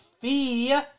Fee